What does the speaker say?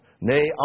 Nay